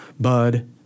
Bud